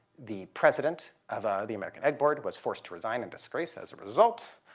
the president of ah the american egg board was forced to resign in disgrace as a result.